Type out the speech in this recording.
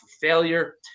failure